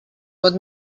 pot